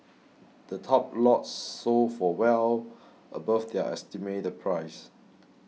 the top lots sold for well above their estimated price